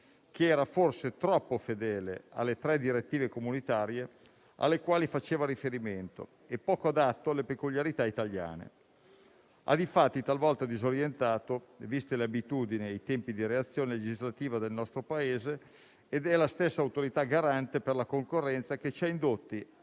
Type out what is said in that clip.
che era forse troppo fedele alle tre direttive comunitarie alle quali faceva riferimento e poco adatto alle peculiarità italiane. Ha difatti talvolta disorientato, viste le abitudini e i tempi di reazione legislativa del nostro Paese, ed è stata la stessa Autorità garante per la concorrenza che ci ha indotti